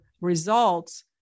results